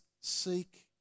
seek